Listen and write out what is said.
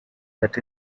that